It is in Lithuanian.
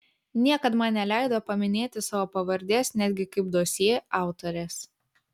niekad man neleido paminėti savo pavardės netgi kaip dosjė autorės